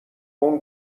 اون